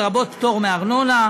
לרבות פטור מארנונה,